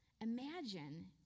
imagine